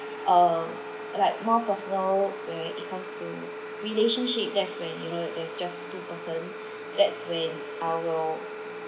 err like more personal when it comes to relationship that's when you know that is just two person that's when I will